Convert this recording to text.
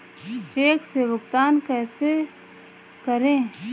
Check से भुगतान कैसे करें?